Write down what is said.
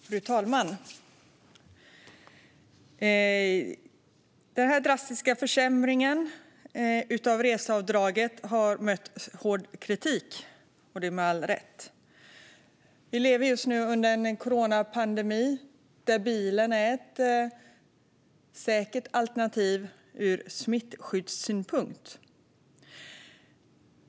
Fru talman! Den drastiska försämringen av reseavdraget har mött hård kritik, och det med all rätt. Vi lever just nu under en coronapandemi där bilen är ett säkert alternativ ur smittskyddssynpunkt.